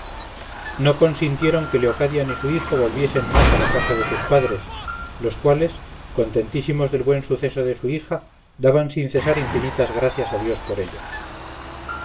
no consintieron que leocadia ni su hijo volviesen más a la casa de sus padres los cuales contentísimos del buen suceso de su hija daban sin cesar infinitas gracias a dios por ello